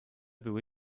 były